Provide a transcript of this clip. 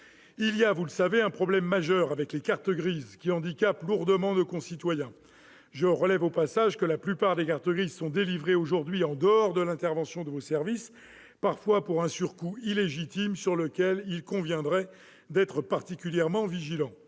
Il y a, vous le savez, un problème majeur avec les cartes grises, qui handicape lourdement nos concitoyens. Je relève au passage que la plupart des cartes grises sont aujourd'hui délivrées en dehors de l'intervention de vos services, parfois pour un surcoût illégitime sur lequel il conviendrait d'être particulièrement vigilant.